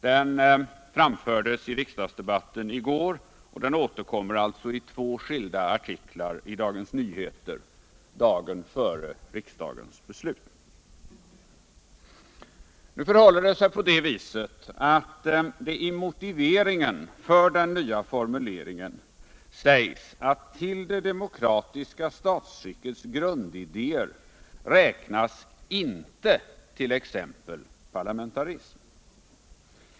Den framfördes I riksdagsdebatten i går och alltså i två skilda artiklar i Dagens Nyheter dagen före riksdagsdebatten. Nu förhåller det sig dock på det viset att det i motiveringen till den nya formuleringen sägs att till det demokratiska statsskickets grundidéer inte räknas t.ex. parlamentarism.